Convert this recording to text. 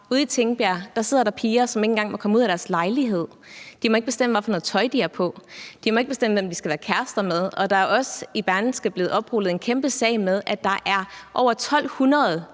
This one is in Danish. ude i Tingbjerg, sidder piger, som ikke engang må komme ud af deres lejlighed. De må ikke bestemme, hvad for noget tøj de har på; de må ikke bestemme, hvem de skal være kærester med. Der er også i Berlingske blevet oprullet en kæmpe sag om, at der er over 1.200